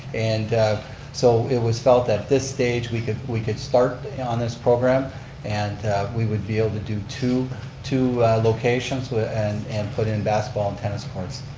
and so it was felt at this stage, we could we could start on this program and we would be able to do two two locations and and put in basketball and tennis courts.